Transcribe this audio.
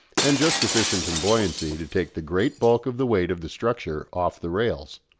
and just sufficient in buoyancy to take the great bulk of the weight of the structure off the rails.